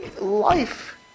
life